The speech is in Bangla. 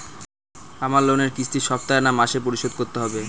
আমার লোনের কিস্তি সপ্তাহে না মাসে পরিশোধ করতে হবে?